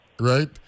right